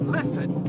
Listen